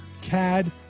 CAD